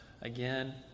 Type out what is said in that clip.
again